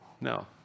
No